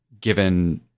given